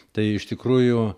tai iš tikrųjų